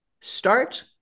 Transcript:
Start